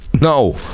no